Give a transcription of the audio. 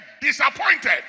disappointed